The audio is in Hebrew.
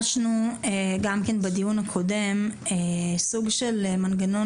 בדיון הקודם ביקשנו סוג של מנגנון